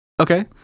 Okay